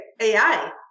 AI